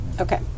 Okay